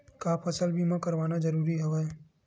का फसल बीमा करवाना ज़रूरी हवय?